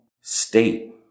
state